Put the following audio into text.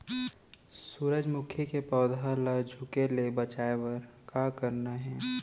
सूरजमुखी के पौधा ला झुके ले बचाए बर का करना हे?